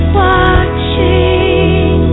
watching